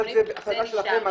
אבל זה הצהרה שלכם.